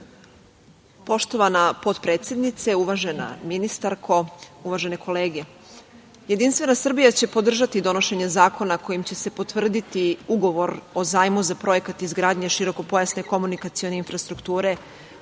Poštovana potpredsednice, uvažena ministarko, uvažene kolege, JS će podržati donošenje zakona kojim će se potvrditi Ugovor o zajmu za projekat izgradnje širokopojasne komunikacione infrastrukture